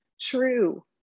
true